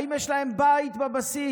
האם יש להם בית בבסיס?